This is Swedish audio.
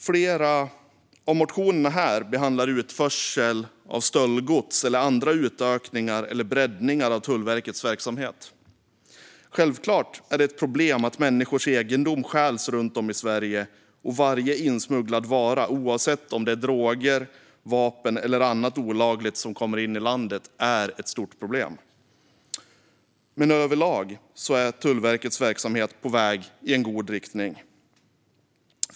Flera motioner behandlar utförsel av stöldgods samt utökningar och breddningar av Tullverkets verksamhet. Självklart är det ett problem att människors egendom stjäls runt om i Sverige. Varje insmugglad vara, oavsett om det är droger, vapen eller annat olagligt som kommer in i landet, är ett stort problem. Men överlag är Tullverkets verksamhet på väg i en god riktning.